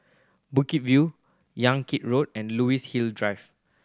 Bukit View Yan Kit Road and Luxus Hill Drive